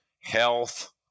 health